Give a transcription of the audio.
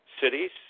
cities